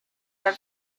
are